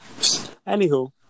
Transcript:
Anywho